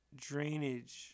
drainage